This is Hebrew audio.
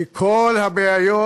כי כל הבעיות